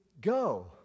go